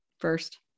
first